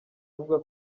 avuga